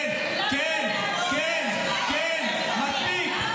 כן כן כן, מספיק.